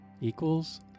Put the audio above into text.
equals